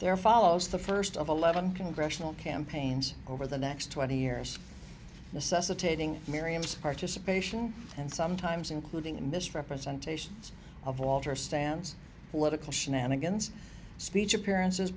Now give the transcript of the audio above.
there follows the first of eleven congressional campaigns over the next twenty years necessitating miriam's participation and sometimes including the misrepresentations of walter stan's political shenanigans speech appearances